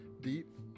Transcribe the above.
deep